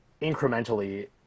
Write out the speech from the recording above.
incrementally